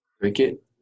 Cricket